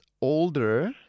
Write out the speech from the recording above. older